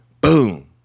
boom